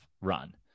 run